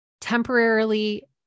temporarily